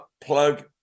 plug